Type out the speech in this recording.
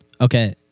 Okay